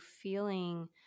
feeling